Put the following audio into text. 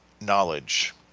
knowledge